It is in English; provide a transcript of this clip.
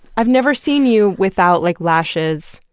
i've never seen you without like lashes.